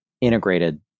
integrated